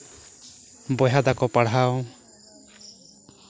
ᱵᱚᱭᱦᱟ ᱛᱟᱠᱚ ᱯᱟᱲᱦᱟᱣ